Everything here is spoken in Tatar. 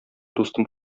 дустым